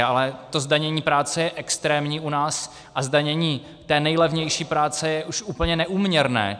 Ale zdanění práce je extrémní u nás a zdanění té nejlevnější práce je už úplně neúměrné.